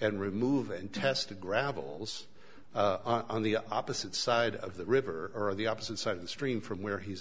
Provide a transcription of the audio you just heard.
and remove the intestine gravels on the opposite side of the river or the opposite side of the stream from where he's